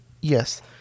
Yes